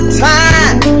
time